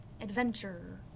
adventure